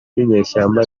n’inyeshyamba